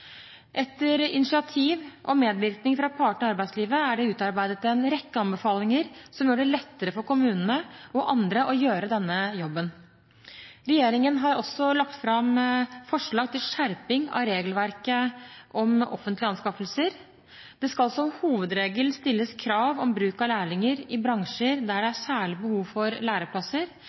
Etter initiativ og medvirkning fra partene i arbeidslivet er det utarbeidet en rekke anbefalinger som gjør det lettere for kommunene og andre å gjøre denne jobben. Regjeringen har også lagt fram forslag til skjerping av regelverket om offentlige anskaffelser. Det skal som hovedregel stilles krav om bruk av lærlinger i bransjer der det er særlig behov for læreplasser.